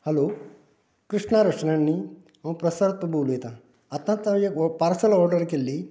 hello Krishna restaurant न्ही हांव प्रसाद प्रभू उलयता आतांच हांवें एक पार्सल ऑर्डर केल्ली